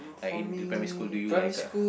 like in the primary school do you like a